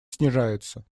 снижается